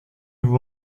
vous